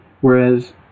Whereas